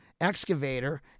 excavator